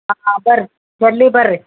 ಹಾಂ ಬರ್ರಿ ಜಲ್ದಿ ಬರ್ರಿ